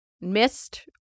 missed